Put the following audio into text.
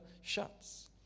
shuts